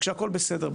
כשהכל בסדר,